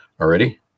already